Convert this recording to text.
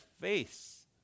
face